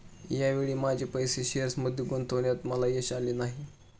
या वेळी माझे पैसे शेअर्समध्ये गुंतवण्यात मला यश आले नाही